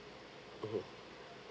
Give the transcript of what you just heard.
mmhmm